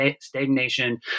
stagnation